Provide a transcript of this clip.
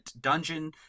dungeon